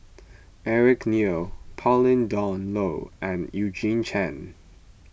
Eric Neo Pauline Dawn Loh and Eugene Chen